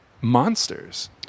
monsters